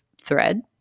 thread